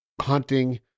hunting